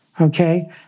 Okay